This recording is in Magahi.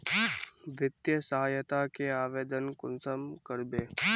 वित्तीय सहायता के आवेदन कुंसम करबे?